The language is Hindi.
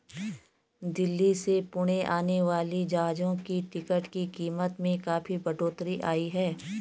दिल्ली से पुणे आने वाली जहाजों की टिकट की कीमत में काफी बढ़ोतरी आई है